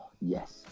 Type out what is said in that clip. Yes